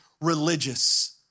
religious